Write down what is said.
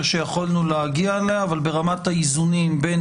שיכולנו להגיע אליה אבל ברמת האיזונים בין